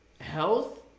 health